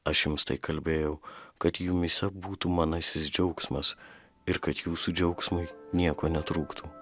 aš jums tai kalbėjau kad jumyse būtų manasis džiaugsmas ir kad jūsų džiaugsmui nieko netrūktų